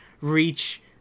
reach